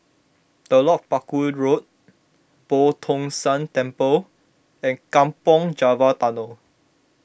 Telok Paku Road Boo Tong San Temple and Kampong Java Tunnel